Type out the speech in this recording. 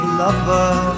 lover